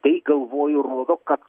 tai galvoju rodo kad